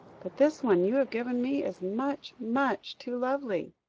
but this one you have given me is much, much too lovely.